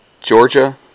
Georgia